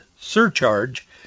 surcharge